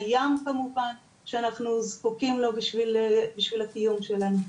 הים כמובן שאנחנו זקוקים לו בשביל הקיום שלנו.